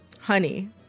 Honey